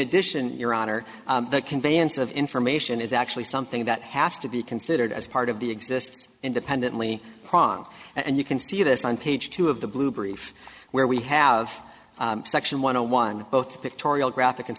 addition your honor the conveyance of information is actually something that has to be considered as part of the exists independently prong and you can see this on page two of the blue brief where we have section one hundred one both pictorial graphic and